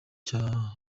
cya